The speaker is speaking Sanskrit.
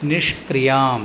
निष्क्रियाम्